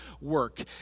work